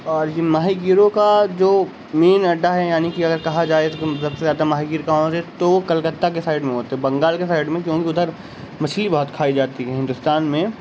اور یہ ماہی گیروں کا جو مین اڈہ ہے یعنی کہ اگر کہا جائے کہ تم سب سے زیادہ ماہی گیر کہاں ہوتے ہیں تو کلکتہ کے سائڈ میں ہوتے بنگال کے سائڈ میں کیونکہ ادھر مچھلی بہت کھائی جاتی ہے ہندوستان میں